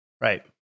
Right